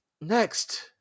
next